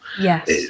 Yes